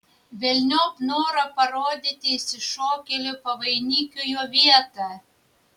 velniop norą parodyti išsišokėliui pavainikiui jo vietą